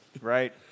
Right